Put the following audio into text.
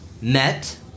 met